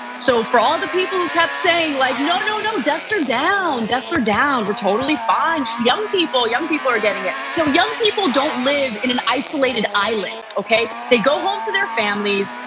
so for all the people who kept saying, like no, no, no deaths are down, deaths are down. we're totally fine. just young people, young people are getting it. no, young people don't live in an isolated island, okay? they go home to their families.